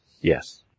Yes